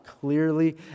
clearly